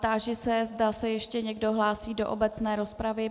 Táži se, zda se ještě někdo hlásí do obecné rozpravy.